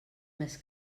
més